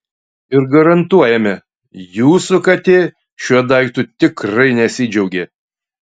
ir garantuojame jūsų katė šiuo daiktu tikrai nesidžiaugė